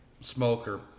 smoker